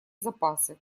запасы